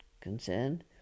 concerned